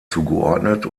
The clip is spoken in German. zugeordnet